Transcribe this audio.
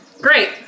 Great